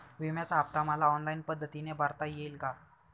विम्याचा हफ्ता मला ऑनलाईन पद्धतीने भरता येईल का?